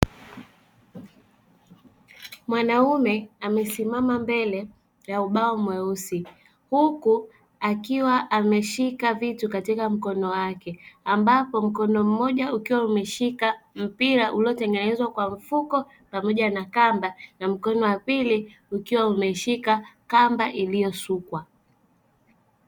Mwanaume amesimama mbele ya ubao mweusi, huku akiwa ameshika vitu katika mikono yake. Mkono mmoja umeshika mpira uliotengenezwa kwa mfuko pamoja na kamba, na mkono wa pili umeshika kamba iliyosukwa.